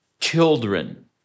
children